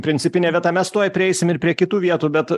principinė vieta mes tuoj prieisim ir prie kitų vietų bet